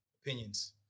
opinions